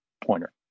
pointer